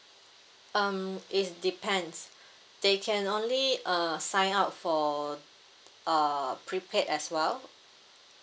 um is depends they can only uh sign up for uh prepaid as well